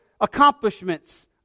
accomplishments